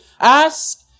ask